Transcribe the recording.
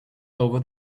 over